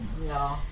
No